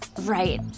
Right